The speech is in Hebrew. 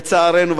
לצערנו,